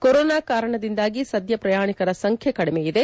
corona ಕಾರಣದಿಂದಾಗಿ ಸಧ್ಯ ಪ್ರಯಾಣಿಕರ ಸಂಖ್ಯೆ ಕಡಿಮೆ ಇದೆ